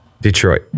Detroit